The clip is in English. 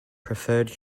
preferred